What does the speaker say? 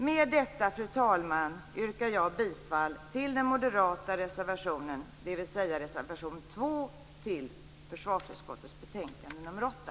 Med detta, fru talman, yrkar jag bifall till den moderata reservationen, dvs. reservation 2 i försvarsutskottets betänkande nr 8.